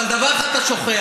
אבל דבר אחד אתה שוכח,